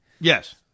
Yes